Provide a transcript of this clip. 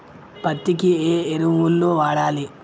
పత్తి కి ఏ ఎరువులు వాడాలి?